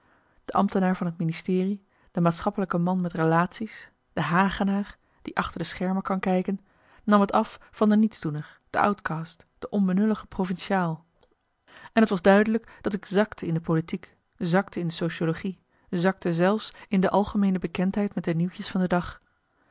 de ambtenaar van het ministerie de maatschappelijke man met relatie's de hagenaar die achter de schermen kan kijken nam het af van de nietsdoener de outcast de onbenulllige provinciaal en t was duidelijk dat ik zakte in de politiek zakte in de sociologie zakte zelfs in de algemeene bekendheid met de nieuwtjes van de dag